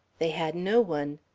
they had no one.